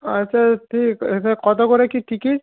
আচ্ছা ঠিক এটা কত করে কী টিকিট